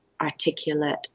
articulate